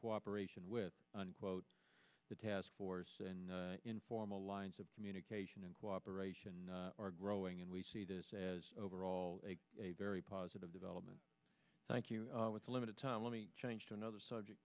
cooperation with unquote the task force and informal lines of communication and cooperation are growing and we see this as overall a very positive development thank you with the limited time let me change to another subject